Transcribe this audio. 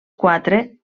quatre